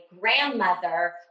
grandmother